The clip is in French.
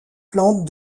plante